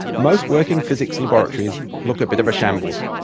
most working physics laboratories look a bit of a shambles.